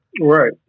Right